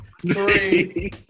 Three